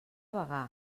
bagà